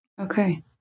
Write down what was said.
Okay